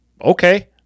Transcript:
Okay